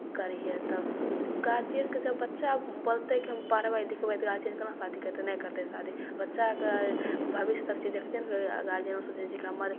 करिहेँ तब से गार्जिअनके जब बच्चा बोलतैकि हम पढ़बै लिखबै तऽ गार्जिअन कोना शादी करतै नहि करतै शादी बच्चाके भविष्य सबचीज देखतै ने आओर गार्जिअनो सोचै छै कि हमर